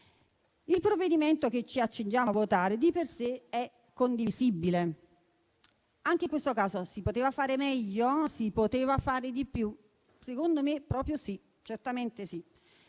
Il provvedimento che ci accingiamo a votare di per sé è condivisibile. Anche in questo caso si poteva fare meglio, si poteva fare di più? Secondo me, certamente sì.